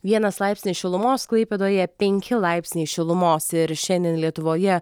vienas laipsnis šilumos klaipėdoje penki laipsniai šilumos ir šiandien lietuvoje